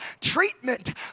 treatment